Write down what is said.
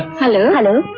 hello.